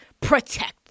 protect